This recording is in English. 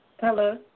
Hello